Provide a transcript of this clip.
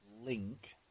link